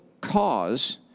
cause